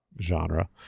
genre